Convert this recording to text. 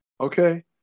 okay